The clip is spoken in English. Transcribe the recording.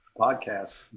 podcast